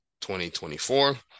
2024